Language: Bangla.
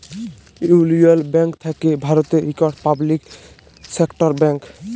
ইউলিয়ল ব্যাংক থ্যাকে ভারতের ইকট পাবলিক সেক্টর ব্যাংক